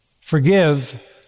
Forgive